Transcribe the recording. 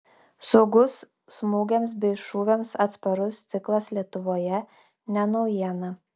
saugus smūgiams bei šūviams atsparus stiklas lietuvoje ne naujiena